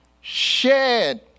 shared